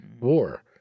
war